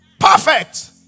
Perfect